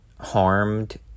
harmed